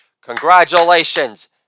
Congratulations